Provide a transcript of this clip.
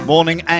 Morning